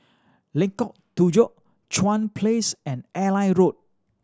Lengkok Tujoh Chuan Place and Airline Road